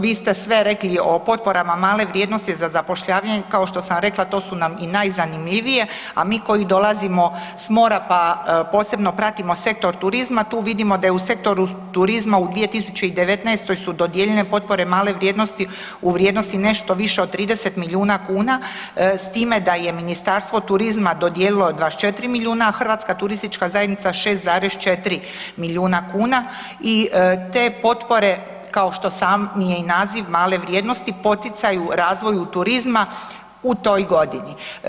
Vi ste sve rekli o potporama male vrijednost za zapošljavanje kao što sam rekla, to su nam i najzanimljivije a mi koji dolazimo s mora, pa posebno pratimo sektor turizma, tu vidimo da je u sektoru turizma u 2019. su dodijeljene potpore male vrijednosti u vrijednosti nešto više od 30 milijuna kn s time da je Ministarstvo turizma dodijelilo 24 milijuna a HTZ 6,4 milijuna kn i te potpore kao što sam je i naziv, male vrijednosti, poticaju razviju turizma u toj godini.